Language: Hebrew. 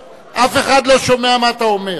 אף אחד לא שומע מה אתה אומר.